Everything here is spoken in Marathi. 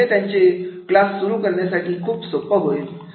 आणि हे त्यांची क्लास सुरू करण्यासाठी खूप सोपं होईल